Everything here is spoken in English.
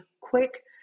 quick